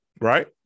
Right